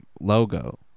logo